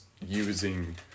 using